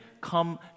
come